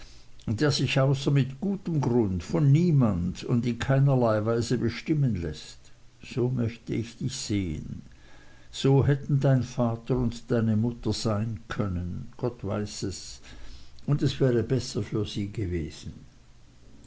der sich außer mit gutem grund von niemand und in keinerlei weise bestimmen läßt so möchte ich dich sehen so hätten dein vater und deine mutter sein können gott weiß es und es wäre besser für sie gewesen